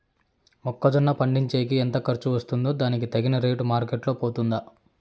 మొక్క జొన్న పండించేకి ఎంత ఖర్చు వస్తుందో దానికి తగిన రేటు మార్కెట్ లో పోతుందా?